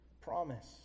promise